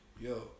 yo